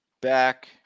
back